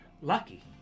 Lucky